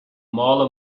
mála